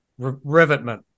rivetment